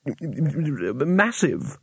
Massive